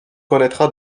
connaîtra